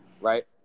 Right